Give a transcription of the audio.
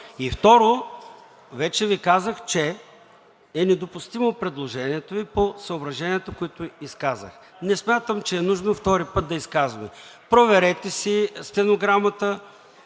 Второ, вече Ви казах, че е недопустимо предложението Ви по съображенията, които изказах. Не смятам, че е нужно втори път да изказваме – проверете си стенограмата,